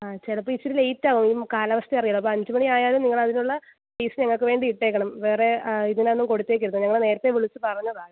ആ ചിലപ്പം ഇത്തിരി ലേറ്റ് ആവും കാലാവസ്ഥ അറിയാമല്ലോ അപ്പം അഞ്ച് മണി ആയാലും നിങ്ങൾ അതിനുള്ള സ്പേസ് ഞങ്ങൾക്ക് വേണ്ടി ഇട്ടേക്കണം വേറെ ഇതിനൊന്നും കൊടുത്തേക്കരുത് ഞങ്ങൾ നേരത്തെ വിളിച്ചുപറഞ്ഞതാണ്